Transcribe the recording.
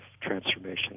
transformation